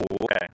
okay